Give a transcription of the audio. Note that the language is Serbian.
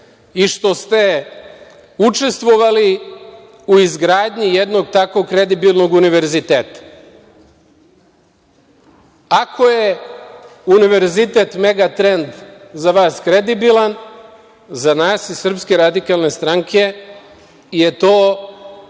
i što ste učestvovali i izgradnji jednog takvog kredibilnog univerziteta. Ako je Univerzitet Megatrend za vas kredibilan, za nas iz SRS je to